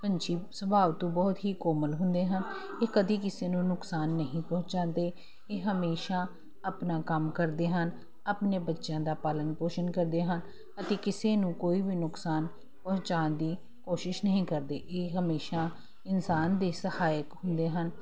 ਪੰਛੀ ਸੁਭਾਅ ਤੋਂ ਬਹੁਤ ਹੀ ਕੋਮਲ ਹੁੰਦੇ ਹਨ ਇਹ ਕਦੀ ਕਿਸੇ ਨੂੰ ਨੁਕਸਾਨ ਨਹੀਂ ਪਹੁੰਚਾਉਂਦੇ ਇਹ ਹਮੇਸ਼ਾ ਆਪਣਾ ਕੰਮ ਕਰਦੇ ਹਨ ਆਪਣੇ ਬੱਚਿਆਂ ਦਾ ਪਾਲਣ ਪੋਸ਼ਣ ਕਰਦੇ ਹਨ ਅਤੇ ਕਿਸੇ ਨੂੰ ਕੋਈ ਵੀ ਨੁਕਸਾਨ ਪਹੁੰਚਾਉਣ ਦੀ ਕੋਸ਼ਿਸ਼ ਨਹੀਂ ਕਰਦੇ ਇਹ ਹਮੇਸ਼ਾ ਇਨਸਾਨ ਦੇ ਸਹਾਇਕ ਹੁੰਦੇ ਹਨ